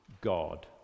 God